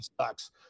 sucks